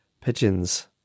Pigeons